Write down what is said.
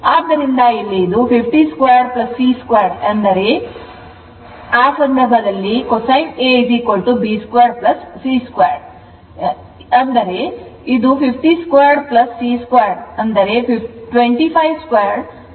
ಆದ್ದರಿಂದ ಇಲ್ಲಿ ಇದು 502 c2 ಎಂದರೆ 252 a2 40 2 2 B C ಆಗಿದೆ